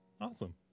Awesome